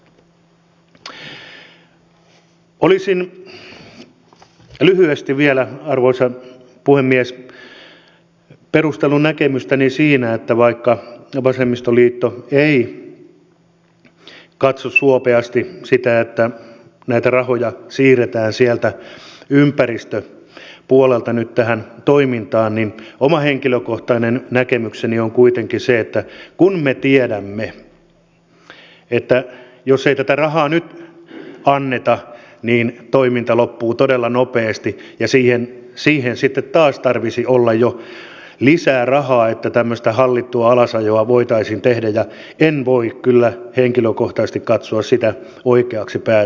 olisin lyhyesti vielä arvoisa puhemies perustellut näkemystäni siinä että vaikka vasemmistoliitto ei katso suopeasti sitä että näitä rahoja siirretään sieltä ympäristöpuolelta nyt tähän toimintaan niin oma henkilökohtainen näkemykseni on kuitenkin se että kun me tiedämme että jos ei tätä rahaa nyt anneta niin toiminta loppuu todella nopeasti ja siihen sitten taas tarvitsisi olla jo lisää rahaa että tämmöistä hallittua alasajoa voitaisiin tehdä ja sitä en voi kyllä henkilökohtaisesti katsoa oikeaksi päätökseksi